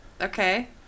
Okay